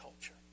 culture